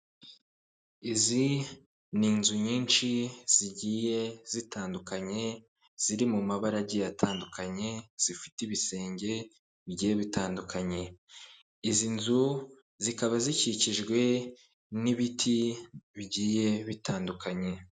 Izi ni inzu nyinshi zigiye zitandukanye ziri mu mabarage atandukanye zifite ibisenge bigiye bitandukanye; izi nzu zikaba zikikijwe n'ibiti bigiye bitandukanye.